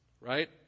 Right